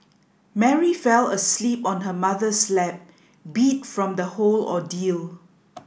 Mary fell asleep on her mother's lap beat from the whole ordeal